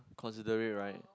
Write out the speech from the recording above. considerate right